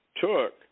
took